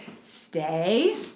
stay